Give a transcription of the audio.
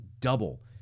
double